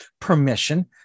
permission